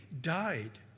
died